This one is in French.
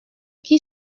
qui